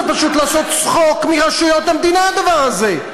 זה פשוט לעשות צחוק מרשויות המדינה, הדבר הזה.